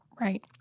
Right